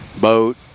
boat